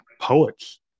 poets